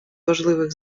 важливих